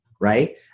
right